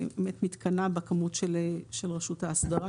אני מתקנא בכמות של רשות האסדרה,